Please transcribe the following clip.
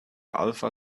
alpha